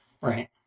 Right